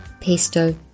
pesto